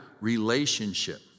relationship